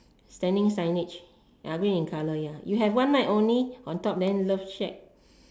standing signage ya green in colour ya you have one night only on to then love shack